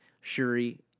Shuri